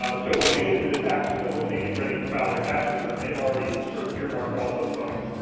so when they get to the tax, when they get ready to file their tax return they've already sort of earmarked all those funds.